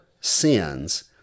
sins